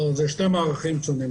אלה שני מערכים שונים.